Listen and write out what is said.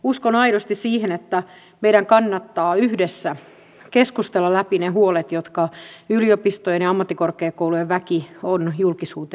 uskon aidosti siihen että meidän kannattaa yhdessä keskustella läpi ne huolet jotka yliopistojen ja ammattikorkeakoulujen väki on julkisuuteen esittänyt